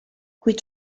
kuid